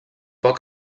poc